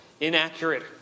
inaccurate